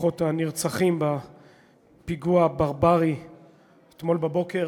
למשפחות הנרצחים בפיגוע הברברי שהיה אתמול בבוקר